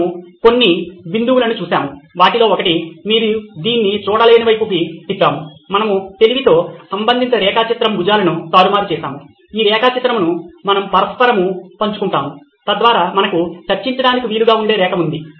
మనము కొన్ని బిందువులను చూశాము వాటిలో ఒకటి మీరు దీన్ని చూడలేని వైపు తిప్పాము మనము తెలివితో సంబంధిత రేఖా చిత్రం భుజాలను తారుమారు చేసాము ఈ రేఖా చిత్రంను మనము పరస్పరం పంచుకుంటాము తద్వారా మనకు చర్చించడానికి వాలుగా ఉండే రేఖ ఉంది